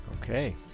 Okay